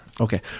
Okay